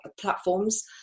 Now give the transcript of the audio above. platforms